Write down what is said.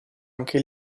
anche